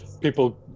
people